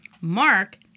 Mark